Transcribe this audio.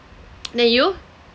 no you